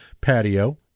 patio